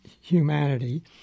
humanity